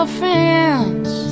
fence